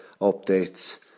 updates